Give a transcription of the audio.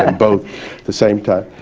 both the same time,